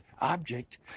object